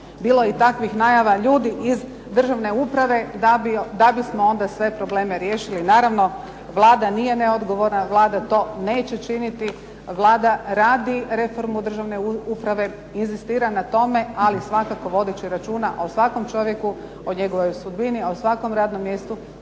bilo je i takvih najava ljudi iz državne uprave da bismo onda sve probleme riješili. Naravno Vlada nije neodgovorna, Vlada to neće činiti, Vlada radi reformu državne uprave, inzistira na tome, ali svakako vodeći računa o svakom čovjeku, o njegovoj sudbini, o svakom radnom mjestu,